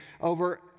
over